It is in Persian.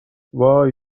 وای